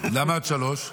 למה עד 15:00?